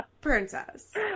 Princess